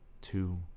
two